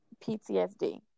PTSD